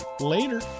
Later